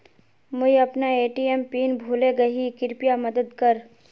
मुई अपना ATM PIN भूले गही कृप्या मदद कर